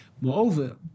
Moreover